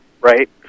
Right